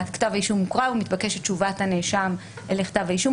כתב האישום מוקרא ומתבקשת תשובת הנאשם לכתב האישום.